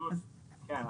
כן,